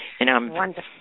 Wonderful